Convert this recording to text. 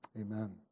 Amen